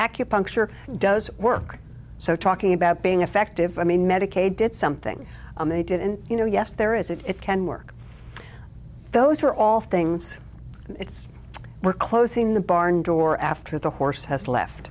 acupuncture does work so talking about being effective i mean medicaid did something they did and you know yes there is it it can work those are all things it's we're closing the barn door after the horse has left